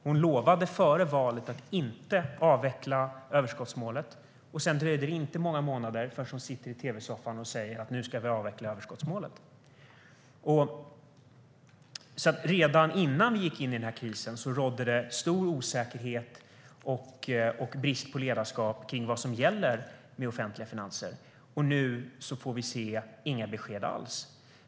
Hon lovade före valet att inte avveckla överskottsmålet. Sedan dröjde det inte många månader förrän hon satt i tv-soffan och sa att nu skulle de avveckla överskottsmålet. Redan innan vi gick in i den här krisen rådde det brist på ledarskap och stor osäkerhet kring vad som gäller med de offentliga finanserna, och nu får vi inga besked alls.